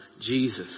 Jesus